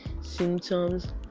symptoms